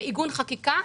בעיגון חקיקה,